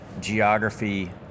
geography